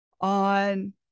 on